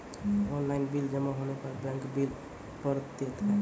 Online bill जमा होने पर बैंक बिल पड़तैत हैं?